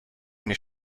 mir